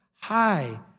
Hi